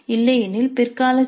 இல்லையெனில் பிற்கால சி